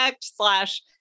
slash